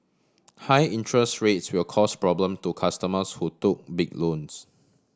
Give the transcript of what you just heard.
high interest rates will cause problem to customers who took big loans